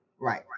Right